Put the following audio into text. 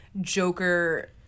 Joker